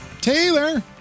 Taylor